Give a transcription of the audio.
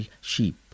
sheep